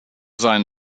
sein